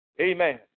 Amen